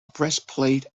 breastplate